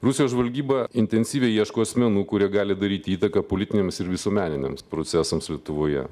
rusijos žvalgyba intensyviai ieško asmenų kurie gali daryti įtaką politiniams ir visuomeniniams procesams lietuvoje